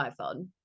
iPhone